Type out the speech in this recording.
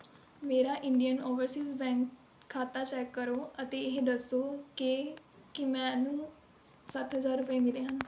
ਮੇਰਾ Indian Overseas Bank ਖਾਤਾ check ਕਰੋ ਅਤੇ ਇਹ ਦੱਸੋ ਕਿ ਕੀ ਮੈਨੂੰ ਸੱਤ ਹਜ਼ਾਰ ਰੁਪਏ ਮਿਲੇ ਹਨ